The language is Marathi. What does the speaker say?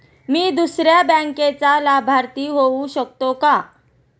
मी दुसऱ्या बँकेचा लाभार्थी होऊ शकतो का?